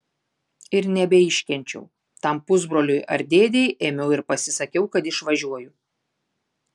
ir nebeiškenčiau tam pusbroliui ar dėdei ėmiau ir pasisakiau kad išvažiuoju